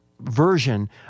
version